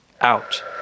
out